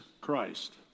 Christ